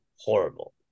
horrible